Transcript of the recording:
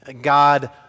God